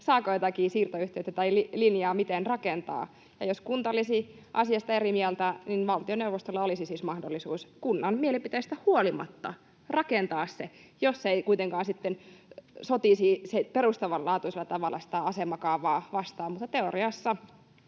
saako jotakin siirtoyhtiötä tai ‑linjaa miten rakentaa, ja jos kunta olisi asiasta eri mieltä, niin valtioneuvostolla olisi siis mahdollisuus kunnan mielipiteistä huolimatta rakentaa se, jos se ei kuitenkaan sotisi perustavanlaatuisella tavalla sitä asemakaavaa vastaan.